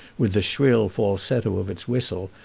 with the shrill falsetto of its whistle,